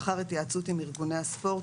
לאחר התייעצות עם ארגוני הספורט,